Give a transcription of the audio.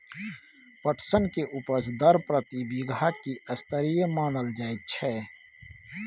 पटसन के उपज दर प्रति बीघा की स्तरीय मानल जायत छै?